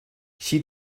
she